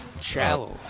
shallow